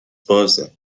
بازه